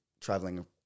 traveling